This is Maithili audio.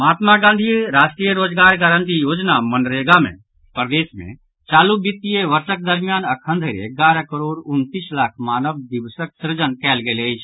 महात्मा गांधी राष्ट्रीय रोजगार गारंटी योजना मनरेगा मे प्रदेश मे चालू वित्तीय वर्षक दरमियान अखन धरि एगारह करोड़ उनतीस लाख मानव दिवसक सृजन कयल गेल अछि